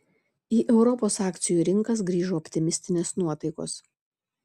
į europos akcijų rinkas grįžo optimistinės nuotaikos